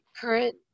current